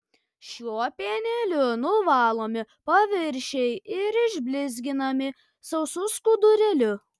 šiuo pieneliu nuvalomi paviršiai ir išblizginami sausu skudurėliu